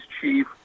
chief